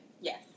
Yes